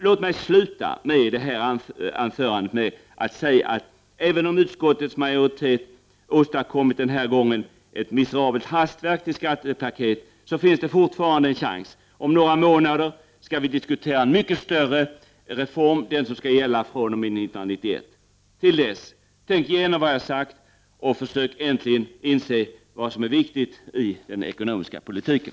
Låt mig sluta det här anförandet med att säga att även om utskottets majoritet denna gång åstadkommit ett miserabelt hastverk till skattepaket finns det fortfarande en chans. Om några månader skall vi diskutera en mycket större reform, den som skall gälla fr.o.m. 1991. Till dess, tänk igenom vad jag har sagt och försök äntligen inse vad som är viktigt i den ekonomiska politiken!